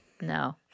No